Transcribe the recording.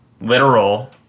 literal